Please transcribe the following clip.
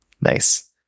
Nice